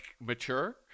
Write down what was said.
mature